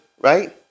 right